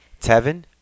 Tevin